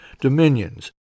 dominions